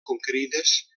conquerides